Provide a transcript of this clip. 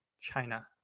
China